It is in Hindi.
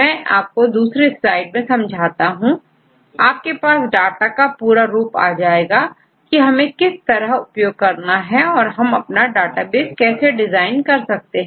मैं आपको दूसरी स्लाइड मेंसमझाता हूं हमारे पास डाटा का पूरा रूप आ जाएगा की हमें किस तरह उपयोग करना है और हम अपना डेटाबेस कैसे डिजाइन कर सकते हैं